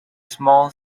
small